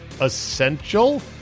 essential